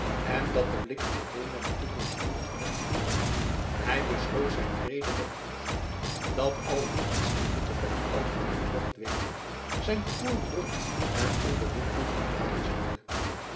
en dat de blik alleen naar de toekomst diende gewend te worden hij besloot zijn rede met het verzoek dat al wie iets ten nutte van het algemeen mocht weten zijn gevoelen rond en onbewimpeld verklaren zoude